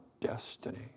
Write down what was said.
destiny